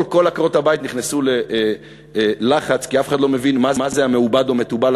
של חברי הכנסת יריב לוין, משה גפני ואורי מקלב.